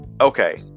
okay